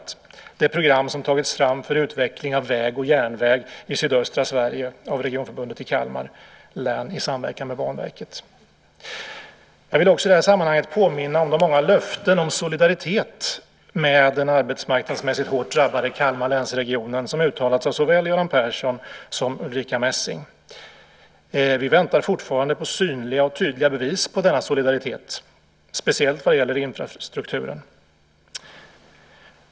Det är det program som har tagits fram för utveckling av väg och järnväg i sydöstra Sverige av Regionförbundet i Kalmar län i samverkan med Banverket. Jag vill också i det här sammanhanget påminna om de många löften om solidaritet med den arbetsmarknadsmässigt hårt drabbade Kalmarlänsregionen som uttalats av såväl Göran Persson som Ulrica Messing. Vi väntar fortfarande på synliga och tydliga bevis på denna solidaritet, speciellt vad gäller infrastrukturen.